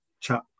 chat